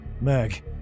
Meg